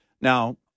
Now